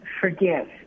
forgive